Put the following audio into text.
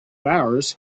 hours